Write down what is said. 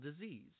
disease